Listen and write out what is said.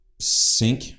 sync